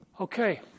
Okay